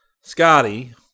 Scotty